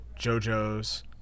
JoJo's